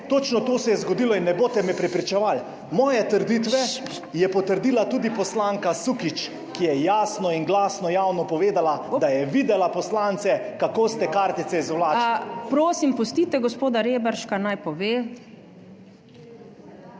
Točno to se je zgodilo in ne boste me prepričevali. Moje trditve je potrdila tudi poslanka Sukič, ki je jasno in glasno javno povedala, da je videla poslance, kako ste kartice izvlekli. PREDSEDNICA MAG.